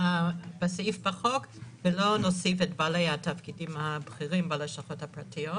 בחוק ולא נוסיף את בעלי התפקידים הבכירים בלשכות הפרטיות.